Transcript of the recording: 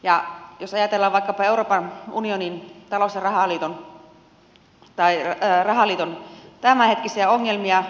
ja ajatellaan vaikkapa euroopan unionin talous ja rahaliiton tämänhetkisiä ongelmia